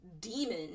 demon